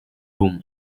room